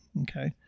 Okay